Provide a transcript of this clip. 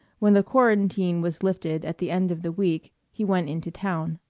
when the quarantine was lifted at the end of the week, he went into town.